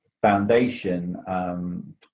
foundation